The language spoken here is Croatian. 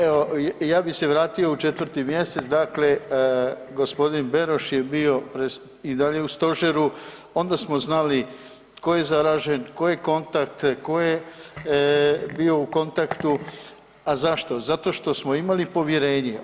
Evo, ja bi se vratio u 4. mjesec, dakle gospodin Beroš je bio i dalje u stožeru onda smo znali tko je zaražen, tko je kontakt, tko je bio u kontaktu, a zašto, zato što smo imali povjerenje.